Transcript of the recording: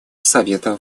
совета